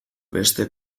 beste